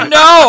no